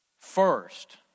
First